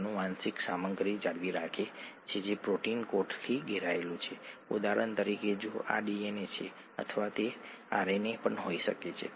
અને અનિવાર્યપણે આવું જ થાય છે પ્રોટીનની સંરચના પણ પીએચ સાથે બદલાઈ શકે છે અને તે હવે દ્રાવણમાં રહી શકતી નથી